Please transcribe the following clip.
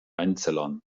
einzellern